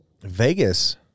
Vegas